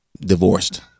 divorced